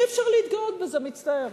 אי-אפשר להתגאות בזה, מצטערת.